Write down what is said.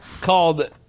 called